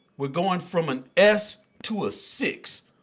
we're going from an s to a six,